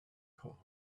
called